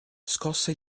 scosse